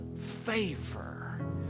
favor